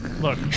Look